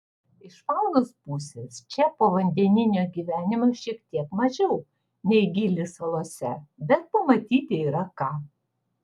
iš faunos pusės čia povandeninio gyvenimo šiek tiek mažiau nei gili salose bet pamatyti yra ką